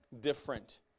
different